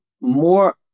more